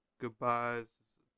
Goodbyes